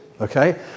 okay